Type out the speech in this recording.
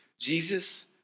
Jesus